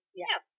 yes